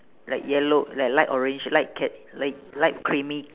like yellow like light orange light cat~ light light creamy